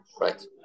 right